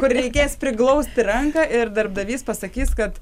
kur reikės priglausti ranką ir darbdavys pasakys kad